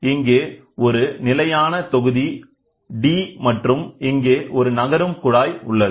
இங்கேஒரு நிலையான தொகுதிD மற்றும் இங்கே ஒரு நகரும் குழாய் உள்ளது